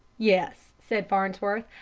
yes, said farnsworth.